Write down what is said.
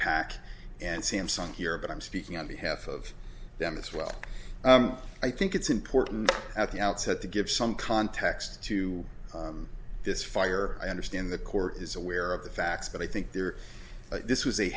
pac and samsung here but i'm speaking on behalf of them it's well i think it's important at the outset to give some context to this fire i understand the court is aware of the facts but i think there are this was a